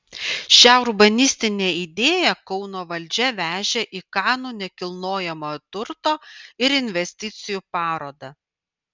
šią urbanistinę idėją kauno valdžia vežė į kanų nekilnojamojo turto ir investicijų parodą